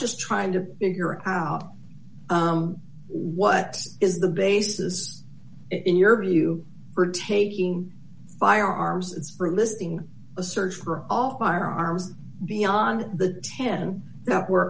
just trying to figure out what is the basis in your view for taking firearms listing a search for all firearms beyond the ten that were